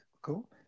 cool